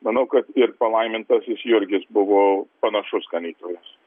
manau kad ir palaimintasis jurgis buvo panašus ganytojas